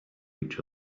each